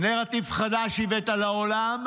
נרטיב חדש הבאת לעולם,